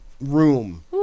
room